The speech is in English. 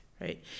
Right